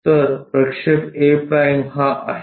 तर प्रक्षेप a' हा आहे